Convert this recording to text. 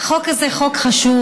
החוק הזה הוא חוק חשוב.